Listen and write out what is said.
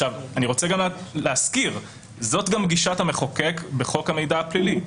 אני גם רוצה להזכיר שזאת גם גישת המחוקק בחוק המידע הפלילי.